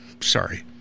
sorry